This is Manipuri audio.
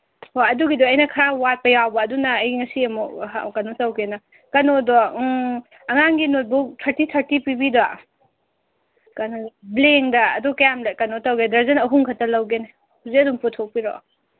ꯍꯣ ꯑꯗꯨꯒꯤꯗꯣ ꯑꯩꯅ ꯈꯔ ꯋꯥꯠꯄ ꯌꯥꯎꯕ ꯑꯗꯨꯅ ꯑꯩ ꯉꯁꯤ ꯑꯃꯨꯛ ꯀꯩꯅꯣ ꯇꯧꯒꯦꯅ ꯀꯩꯅꯣꯗꯣ ꯑꯉꯥꯡꯒꯤ ꯅꯣꯠꯕꯨꯛ ꯊꯔꯇꯤ ꯊꯔꯇꯤ ꯄꯤꯕꯤꯗꯣ ꯀꯩꯅꯣ ꯕ꯭ꯂꯦꯡꯗ ꯑꯗꯨ ꯀꯌꯥꯝ ꯀꯩꯅꯣ ꯇꯧꯒꯦ ꯗꯔꯖꯟ ꯑꯍꯨꯝꯈꯛꯇ ꯂꯧꯒꯦꯅꯦ ꯍꯧꯖꯤꯛ ꯑꯗꯨꯝ ꯄꯨꯊꯣꯛꯄꯤꯔꯛꯑꯣ